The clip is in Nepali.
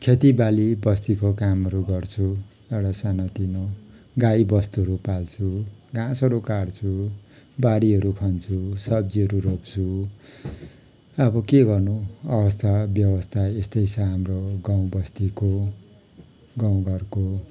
खेतीबाली बस्तीको कामहरू गर्छु एउटा सानो तिनो गाई बस्तुहरू पाल्छु घाँसहरू काट्छु बारीहरू खन्छु सब्जीहरू रोप्छु अब के गर्नु अवस्था व्यवस्था येस्तै छ हाम्रो गाउँ बस्तीको गाउँघरको